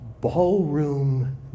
Ballroom